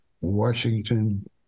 Washington